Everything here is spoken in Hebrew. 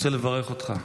אני רוצה לברך אותך,